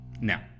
Now